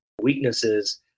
weaknesses